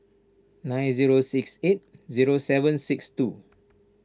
nine zero six eight zero seven six two